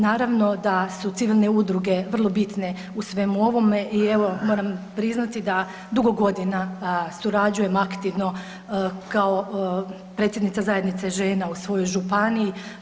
Naravno da su civilne udruge vrlo bitne u svemu ovome i evo moram priznati da dugo godina surađujem aktivno kao predsjednica Zajednice žena u svojoj županiji.